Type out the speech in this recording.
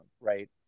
Right